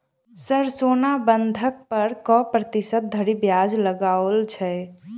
Sir सोना बंधक पर कऽ प्रतिशत धरि ब्याज लगाओल छैय?